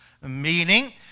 meaning